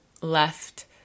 left